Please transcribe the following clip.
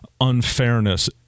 unfairness